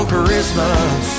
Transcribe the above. Christmas